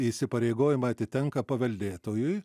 įsipareigojimai atitenka paveldėtojui